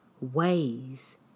ways